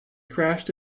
crashed